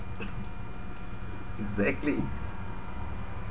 exactly